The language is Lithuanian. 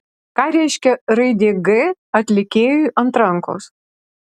ką reiškia raidė g atlikėjui ant rankos